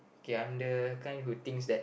okay I'm the kind who thinks that